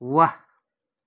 वाह